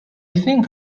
think